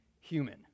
human